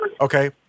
Okay